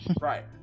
right